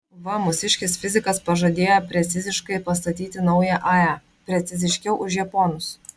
va mūsiškis fizikas pažadėjo preciziškai pastatyti naują ae preciziškiau už japonus